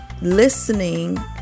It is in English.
listening